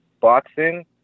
boxing